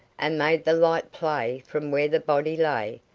and made the light play from where the body lay,